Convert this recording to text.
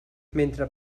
mentre